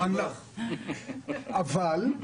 אבל,